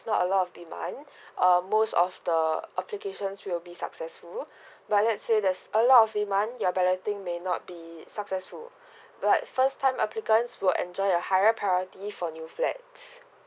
not a lot of demand um most of the applications will be successful but let's say there's a lot of demand your balloting may not be successful like first time applicants will enjoy the higher priority for new flats